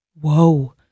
Whoa